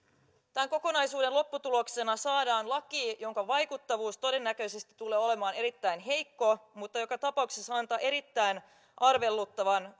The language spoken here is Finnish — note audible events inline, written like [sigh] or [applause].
tämän kokonaisuuden lopputuloksena saadaan laki jonka vaikuttavuus todennäköisesti tulee olemaan erittäin heikko mutta laki joka tapauksessa antaa erittäin arveluttavan [unintelligible]